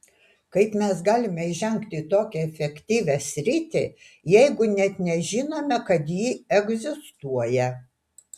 kaip mes galime įžengti į tokią efektyvią sritį jeigu net nežinome kad ji egzistuoja